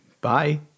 Bye